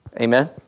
Amen